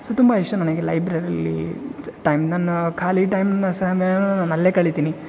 so ತುಂಬ ಇಷ್ಟ ನನಗೆ ಲೈಬ್ರೆರೀಲಿ ಟೈಮ್ ನನ್ನ ಖಾಲಿ ಟೈಮ್ ಸಮಯ ನಾನು ಅಲ್ಲೇ ಕಳೀತೀನಿ